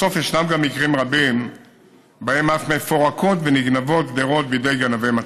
יש גם מקרים רבים שבהם אף מפורקות ונגנבות גדרות בידי גנבי מתכות.